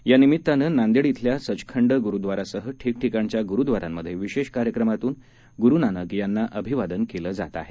यानिमित्तानंनांदेड धिल्यासचखंडगुरुद्वारासहठिकठिकाणच्यागुरुद्वारांमध्येविशेषकार्यक्रमातूनगुरुनानकयांनाअभिवादनकेलंजातआहे